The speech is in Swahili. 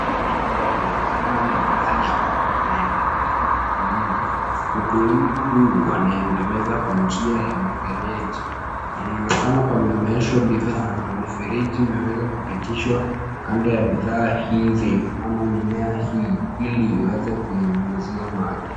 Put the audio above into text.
Mahali hapa panaonekana ni mahali ambapo panaendeleza ukulima. Ukulima huu wanaendeleza kwa njia ya mifereji, panaonekana pamemeeshwa bidhaa na mifereji imeweza kupitishwa kando ya bidhaa hizi ama mimea hii ili iweze kuinyunyizia maji.